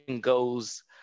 goes